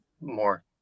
more